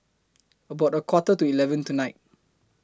about A Quarter to eleven tonight